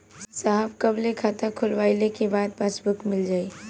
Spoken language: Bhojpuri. साहब कब ले खाता खोलवाइले के बाद पासबुक मिल जाई?